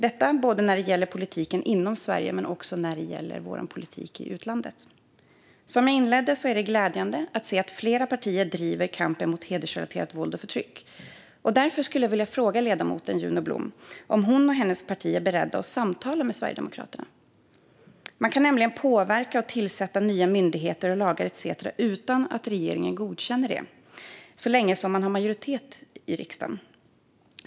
Detta gäller både politiken inom Sverige och vår politik i utlandet. Som jag inledde med att säga är det glädjande att se att flera partier driver kampen mot hedersrelaterat våld och förtryck. Därför vill jag fråga ledamoten Juno Blom om hon och hennes parti är beredda att samtala med Sverigedemokraterna. Man kan nämligen påverka och tillsätta nya myndigheter, stifta lagar etcetera utan att regeringen godkänner det så länge som man har majoritet i riksdagen.